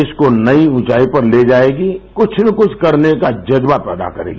देश को नई ऊँचाई पर ले जाएगी कुछ न कुछ करने का जज्बा पैदा करेगी